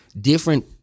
different